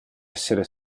essere